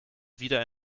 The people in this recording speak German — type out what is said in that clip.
wieder